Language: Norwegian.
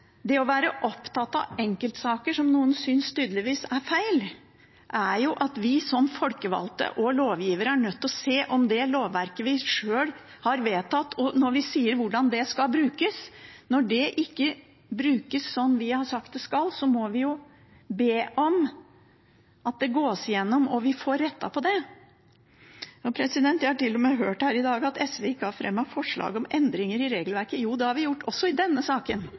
det å være opptatt av enkeltsaker, som noen tydeligvis synes er feil, er jo at vi som folkevalgte og lovgivere er nødt til å se om det lovverket vi sjøl har vedtatt, brukes, og når det ikke brukes slik vi har sagt det skal brukes, må vi jo be om at det gås igjennom, og at vi får rettet på det. Jeg har til og med hørt her i dag at SV ikke har fremmet forslag om endringer i regelverket. Jo, det har vi gjort, også i denne saken,